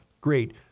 great